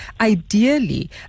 ideally